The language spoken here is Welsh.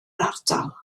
ardal